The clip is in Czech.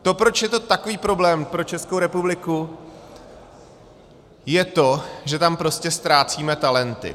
To, proč je to takový problém pro Českou republiku, je to, že tam prostě ztrácíme talenty.